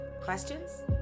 Questions